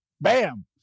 Bam